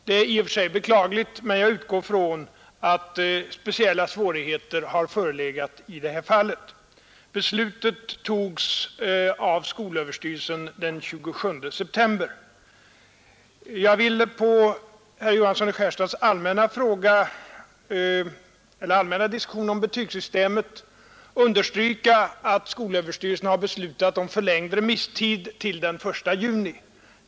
Det är i och för sig beklagligt men jag utgår från att speciella svårigheter har förelegat i detta fall. Beslutet togs av skolöverstyrelsen den 27 september. Jag vill med anledning av herr Johanssons i Skärstad allmänna resonemang om betygssystemet understryka att skolöverstyrelsen har beslutat om förlängd remisstid till den 1 juni.